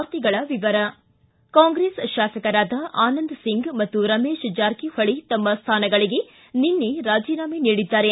ವಾರ್ತೆಗಳ ವಿವರ ಕಾಂಗ್ರೆಸ್ ಶಾಸಕರಾದ ಆನಂದ ಸಿಂಗ್ ಮತ್ತು ರಮೇಶ ಜಾರಕಿಹೊಳಿ ತಮ್ಮ ಸ್ಥಾನಗಳಿಗೆ ನಿನ್ನೆ ರಾಜೀನಾಮೆ ನೀಡಿದ್ದಾರೆ